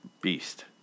beast